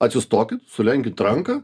atsistokit sulenkit ranką